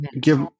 give